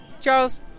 Charles